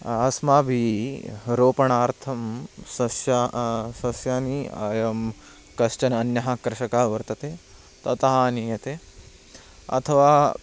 अस्माभिः रोपणार्थं सस्यानि एवं कश्चन अन्यः कृषकः वर्तते ततः आनीयते अथवा